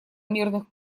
мирных